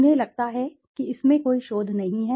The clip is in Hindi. उन्हें लगता है कि यह शोध इसमें कोई शोध नहीं है